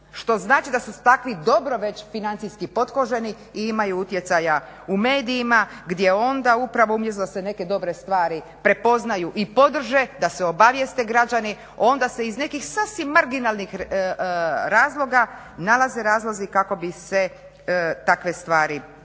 što znači da su takvi dobro već financijski potkoženi i imaju utjecaja u medijima gdje onda upravo umjesto da se neke dobre stvari prepoznaju i podrže, da se obavijeste građani, onda se iz nekih sasvim marginalnih razloga nalaze razlozi kako bi se takve stvari osporile.